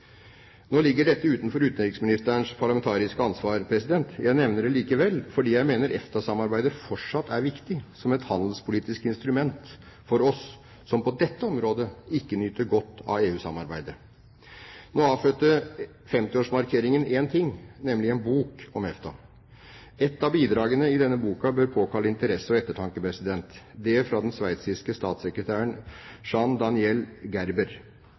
Nå ligger dette utenfor utenriksministerens parlamentariske ansvar. Jeg nevner det likevel, fordi jeg mener EFTA-samarbeidet fortsatt er viktig som et handelspolitisk instrument for oss som på dette området ikke nyter godt av EU-samarbeidet. Nå avfødte 50-års markeringen én ting, nemlig en bok om EFTA. Et av bidragene i denne boka bør påkalle interesse og ettertanke, nemlig det fra den sveitiske statssekretæren